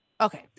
okay